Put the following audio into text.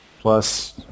plus